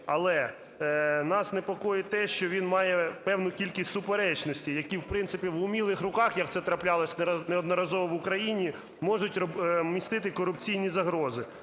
Але нас непокоїть те, що він має певну кількість суперечностей, які, в принципі, в "умілих руках", як це траплялось неодноразово в Україні, можуть містити корупційні загрози.